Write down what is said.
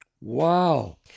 Wow